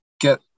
get